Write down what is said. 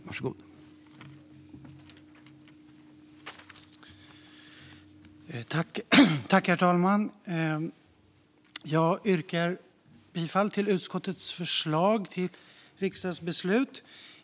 Herr talman! Jag yrkar bifall till utskottets förslag till riksdagsbeslut.